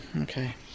okay